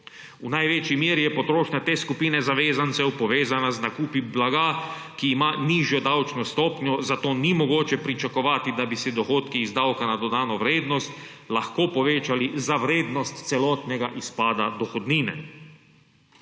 V največji meri je potrošnja te skupine zavezancev povezana z nakupi blaga, ki ima nižjo davčno stopnjo, zato ni mogoče pričakovati, da bi se dohodki iz davka na dodano vrednost lahko povečali za vrednost celotnega izpada dohodnine.